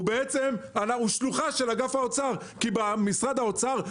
הוא בעצם שלוחה באגף של משרד האוצר.